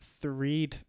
three